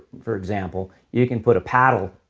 for example, you can put a paddle,